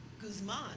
Guzman